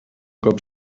cop